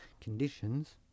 conditions